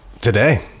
today